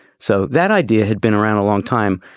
so that idea had been around a long time.